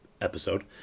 episode